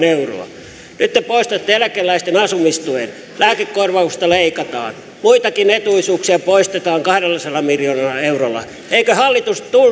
euroa nyt te poistatte eläkeläisten asumistuen lääkekorvauksista leikataan muitakin etuisuuksia poistetaan kahdellasadalla miljoonalla eurolla eikö hallitus